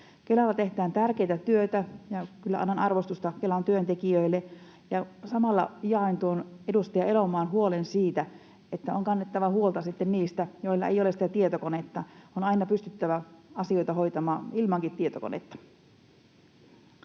Kelalla tehdään tärkeätä työtä, ja kyllä annan arvostusta Kelan työntekijöille ja samalla jaan tuon edustaja Elomaan huolen siitä, että on kannettava huolta niistä, joilla ei ole tietokonetta. On aina pystyttävä asioita hoitamaan ilman tietokonettakin.